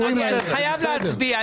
ינון, אני חייב להצביע.